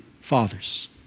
fathers